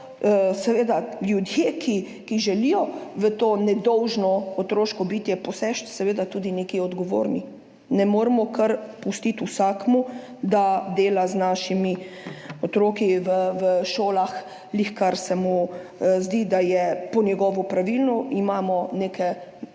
so ljudje, ki želijo v to nedolžno otroško bitje poseči, seveda tudi za to odgovorni. Ne moremo kar pustiti vsakemu, da dela z našimi otroki v šolah, kar se mu zdi, da je po njegovo pravilno. Imamo neke